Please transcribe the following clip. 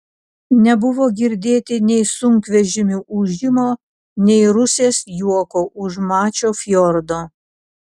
nebuvo girdėti nei sunkvežimių ūžimo nei rusės juoko už mačio fjordo